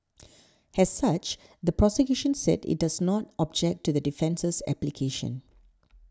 has such the prosecution said it does not object to the defence's application